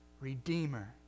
redeemer